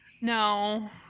no